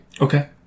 Okay